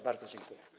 Bardzo dziękuję.